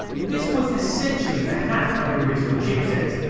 this was essentially a hack of the original chip set,